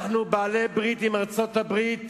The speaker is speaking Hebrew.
אנחנו בעלי-ברית של ארצות-הברית